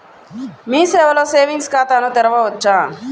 మీ సేవలో సేవింగ్స్ ఖాతాను తెరవవచ్చా?